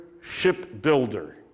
shipbuilder